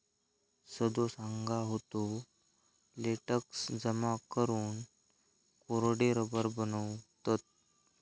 सदो सांगा होतो, लेटेक्स जमा करून कोरडे रबर बनवतत